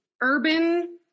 urban